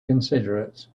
considerate